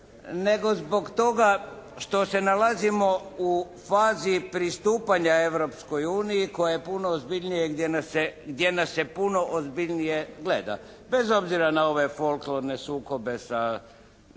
nego zbog toga što se nalazimo u fazi pristupanja Europskoj uniji koja je puno ozbiljnija i gdje nas se puno ozbiljnije gleda. Bez obzira na ove folklorne sukobe sa